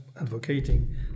advocating